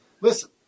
Listen